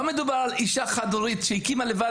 לא מדובר על אישה חד-הוריות שהקימה לבד